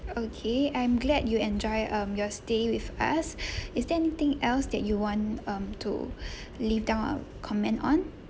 okay I'm glad you enjoy um your stay with us is there anything else that you want um to leave down a comment on